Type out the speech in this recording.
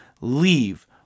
leave